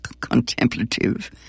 contemplative